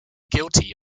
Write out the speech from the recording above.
guilty